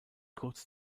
kurz